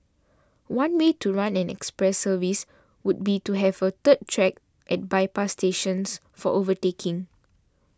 one way to run an express service would be to have a third track at bypass stations for overtaking